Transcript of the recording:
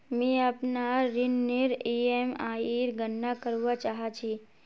मि अपनार ऋणनेर ईएमआईर गणना करवा चहा छी